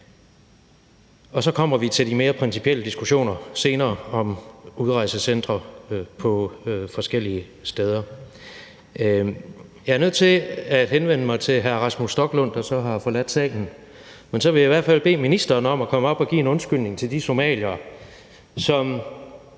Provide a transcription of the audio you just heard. Og så kommer vi til de mere principielle diskussioner om udrejsecentre på forskellige steder senere. Jeg er nødt til at henvende mig til hr. Rasmus Stoklund, der så har forladt salen, men så vil jeg i hvert fald bede ministeren om at komme op og give en undskyldning til de somaliere, som